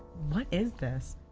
what is this?